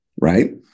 right